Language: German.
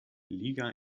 liga